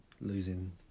losing